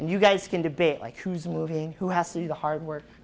and you guys can debate like who's moving who has to do the hard work